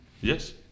Yes